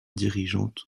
dirigeantes